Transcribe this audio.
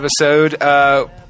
episode